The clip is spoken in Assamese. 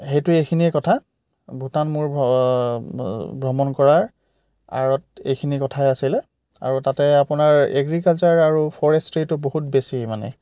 সেইটো এইখিনিয়ে কথা ভূটান মোৰ ভ্ৰমণ কৰাৰ আঁৰত এইখিনি কথাই আছিলে আৰু তাতে আপোনাৰ এগ্ৰিকালচাৰ আৰু ফৰেষ্ট্ৰিটো বহুত বেছি মানে